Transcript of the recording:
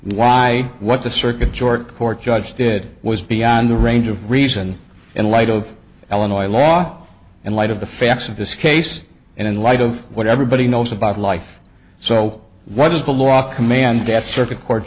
why what the circuit joerg court judge did was beyond the range of reason in light of illinois law in light of the facts of this case and in light of what everybody knows about life so what does the law command death circuit court